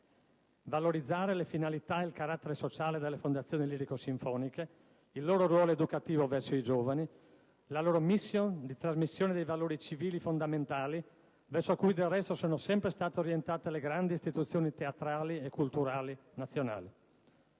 valorizzare le finalità ed il carattere sociale delle fondazioni lirico-sinfoniche, il loro ruolo educativo verso i giovani, la loro *mission* di trasmissione dei valori civili fondamentali verso cui, del resto, sono sempre state orientate le grandi istituzioni teatrali e culturali nazionali;